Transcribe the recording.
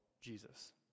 Jesus